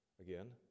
again